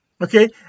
Okay